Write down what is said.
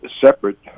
separate